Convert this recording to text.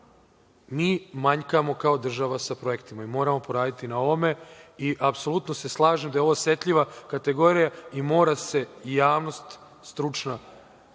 mi manjkamo kao država sa projektima i moramo poraditi na ovome i apsolutno se slažem da je ovo osetljiva kategorija i mora se javnost stručna upozoriti